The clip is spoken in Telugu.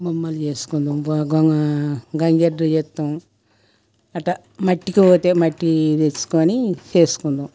బొమ్మలు చేసుకుంటాం భోగామా గంగెద్దు చేత్తాం అట్టా మట్టికి పోతే మట్టి తెచ్చుకోని చేసుకుంటాం